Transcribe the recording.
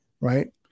right